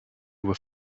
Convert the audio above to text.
were